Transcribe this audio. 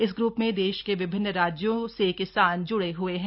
इस ग्रुप में देश के विभिन्न राज्यों से किसान जुड़े हुए हैं